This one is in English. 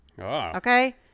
Okay